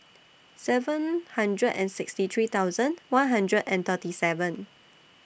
seven hundred and sixty three thousand one hundred and thirty seven